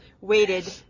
waited